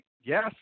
Yes